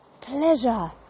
pleasure